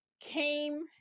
came